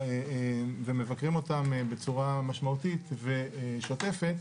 ומבקרים אותם בצורה משמעותית ושוטפת,